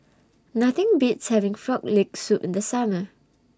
Nothing Beats having Frog Leg Soup in The Summer